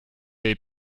avez